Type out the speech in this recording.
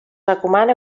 recomana